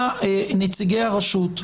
נציגי הרשות,